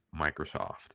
Microsoft